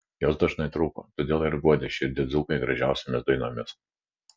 jos dažnai trūko todėl ir guodė širdį dzūkai gražiausiomis dainomis